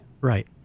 Right